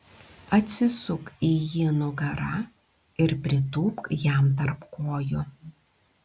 atsisuk į jį nugara ir pritūpk jam tarp kojų